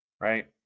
Right